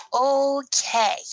Okay